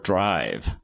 Drive